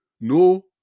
no